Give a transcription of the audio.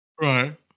Right